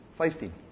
Fifteen